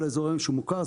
כל האזור היום שמוכר,